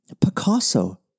Picasso